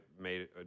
made